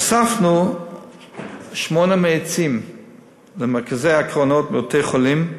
הוספנו שמונה מאיצים למרכזי הקרנות בבתי-חולים.